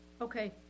Okay